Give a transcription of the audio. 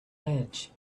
edge